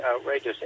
outrageous